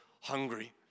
hungry